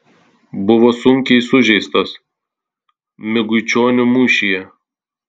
buvo sunkiai sužeistas miguičionių mūšyje